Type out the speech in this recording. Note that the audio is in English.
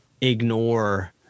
ignore